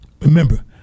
Remember